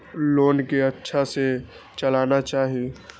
Loan के अच्छा से चलाना चाहि?